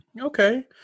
Okay